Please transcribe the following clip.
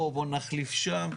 פה נחליף שם.